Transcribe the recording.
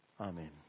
Amen